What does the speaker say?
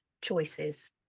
choices